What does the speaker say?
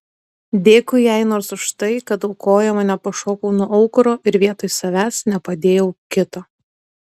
dėkui jai nors už tai kad aukojama nepašokau nuo aukuro ir vietoje savęs nepadėjau kito